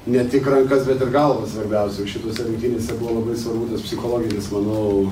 ne tik rankas bet ir galvą svarbiausia o šitose rungtynėse buvo labai svarbu tas psichologinis manau